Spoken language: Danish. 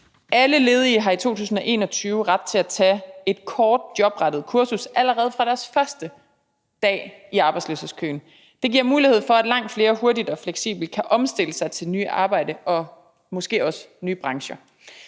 Alle ledige har i 2021 ret til at tage et kort jobrettet kursus allerede fra deres første dag i arbejdsløshedskøen. Det giver mulighed for, at langt flere hurtigt og fleksibelt kan omstille sig til nyt arbejde og måske også nye brancher.